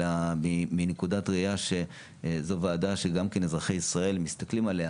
אלא מנקודת ראייה שזו ועדה שאזרחי ישראל מסתכלים עליה